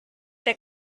der